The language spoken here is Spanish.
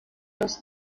los